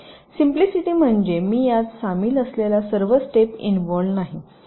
simplicity म्हणजे मी यात सामील असलेल्या सर्व स्टेप इन्व्हॉल्व्हड नाही